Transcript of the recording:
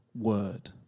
word